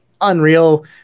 unreal